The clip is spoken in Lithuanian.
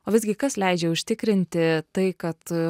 o visgi kas leidžia užtikrinti tai kad